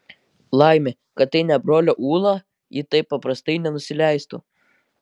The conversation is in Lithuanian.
laimė kad tai ne brolio ūla ji taip paprastai nenusileistų